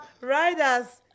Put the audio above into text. riders